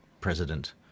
president